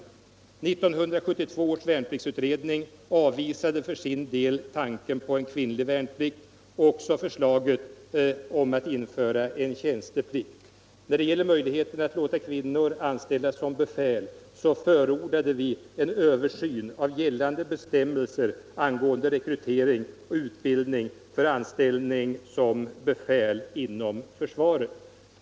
1972 års värnpliktsutredning avvisade för sin del tanken på kvinnlig värnplikt och även förslaget om införande av tjänsteplikt. När det gäller möjligheterna att låta kvinnor anställas som befäl förordade vi en översyn av gällande bestämmelser angående rekrytering och utbildning för anställning som befäl inom försvaret.